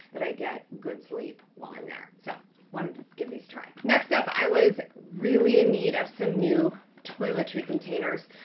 that i get good sleep while i'm there. so wanted to give these a try. next up, i was really in need of some new toiletry containers.